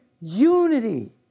unity